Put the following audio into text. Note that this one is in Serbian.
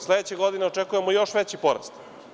Sledeće godine očekujemo još veći porast.